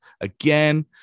again